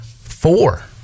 four